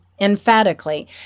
emphatically